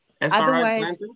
otherwise